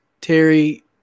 Terry